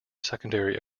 secondary